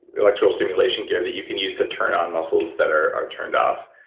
electrical stimulation gear that you can use to turn on muscles that are turned off.